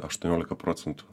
aštuoniolika procentų